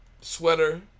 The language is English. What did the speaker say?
sweater